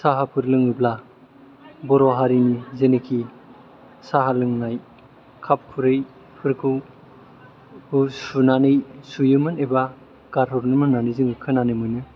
साहाफोर लोङोब्ला बर' हारिनि जेनिखि साहा लोंनाय काप खुरैफोरखौ सुनानै सुयोमोन एबा गारहरोमोन होननानै जों खोनानो मोनो